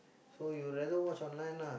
so you rather watch online lah